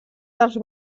dels